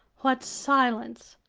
what silence,